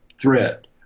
threat